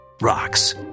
rocks